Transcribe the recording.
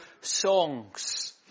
songs